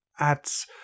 adds